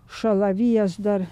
šalavijas dar